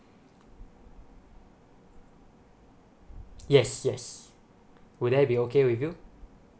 yes yes would that be okay with you